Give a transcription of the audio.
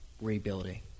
rebuilding